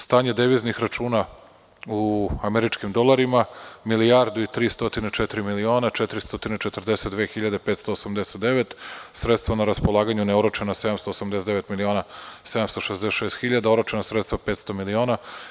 Stanje deviznih računa u američkim dolarima – milijardu i 304 miliona 442 hiljade 589, sredstva na raspolaganju neoročena 789 miliona 766 hiljada, oročena sredstva 500 miliona.